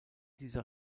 dieser